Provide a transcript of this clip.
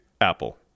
Apple